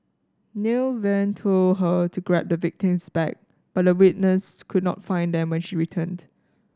Nair then told her to grab the victim's bag but the witness could not find them when she returned